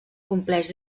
compleix